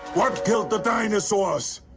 what killed the dinosaurs?